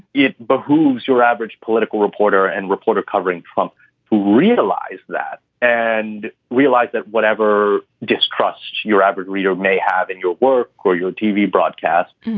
it behooves your average political reporter and reporter covering trump to realize that and realize that whatever distrust your average reader may have in your work or your tv broadcast,